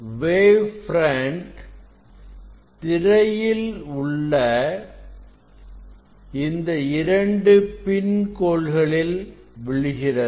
wave front திரையில் உள்ள இந்த இரண்டு பின் கோள்களில் விழுகிறது